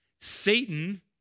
Satan